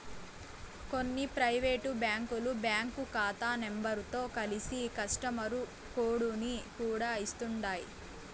కొన్ని పైవేటు బ్యాంకులు బ్యాంకు కాతా నెంబరుతో కలిసి కస్టమరు కోడుని కూడా ఇస్తుండాయ్